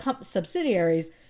subsidiaries